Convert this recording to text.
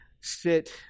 sit